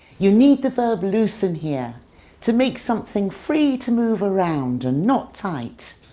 you need the verb loosen here to make something free to move around and not tight.